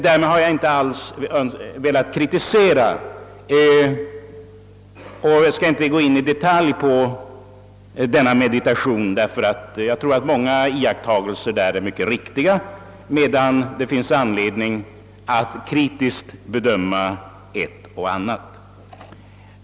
Därmed har jag inte alls velat kritisera och skall inte gå in i detalj på denna meditation, ty jag tror att många iakttagelser där är mycket riktiga medan det finns anledning att kritiskt bedöma ett och annat.